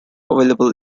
available